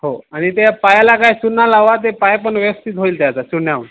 हो आणि त्या पायाला काय चुना लावा ते पाय पण व्यवस्थित होईल त्याचा चुन्याव